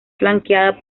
flanqueada